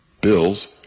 Bills